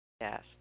Yes